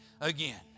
again